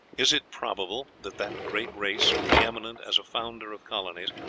is it probable that that great race, pre-eminent as a founder of colonies,